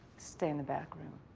stay in the back room.